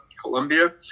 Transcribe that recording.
Colombia